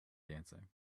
dancing